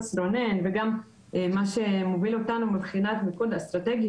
גם מה שהתייחס רונן וגם מה שמוביל אותנו מבחינת מיקוד אסטרטגי